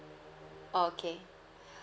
oh okay